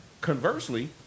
Conversely